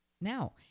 now